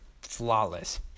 flawless